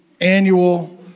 annual